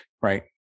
right